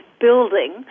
building